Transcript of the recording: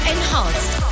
Enhanced